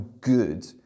good